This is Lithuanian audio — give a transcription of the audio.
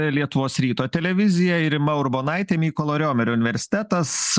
lietuvos ryto televizija ir rima urbonaitė mykolo riomerio universitetas